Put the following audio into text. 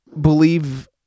believe